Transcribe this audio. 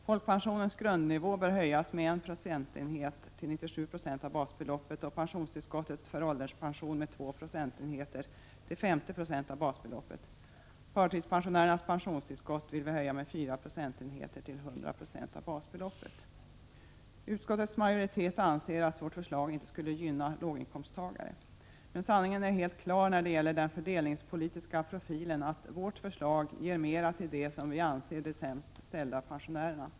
Folkpensionens grundnivå bör höjas med en procentenhet till 97 96 av basbeloppet och pensionstillskottet för ålderspension med två procentenheter till 50 26 av basbeloppet. Förtidspensionärernas pensionstillskott vill vi höja med fyra procentenheter till 100 26 av basbeloppet. Utskottets majoritet anser att vårt förslag inte skulle gynna låginkomsttagare. Men sanningen är helt klar när det gäller den fördelningspolitiska profilen, att vårt förslag ger mera till dem som vi anser vara de sämst ställda pensionärerna.